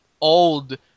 old